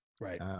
Right